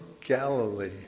Galilee